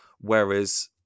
Whereas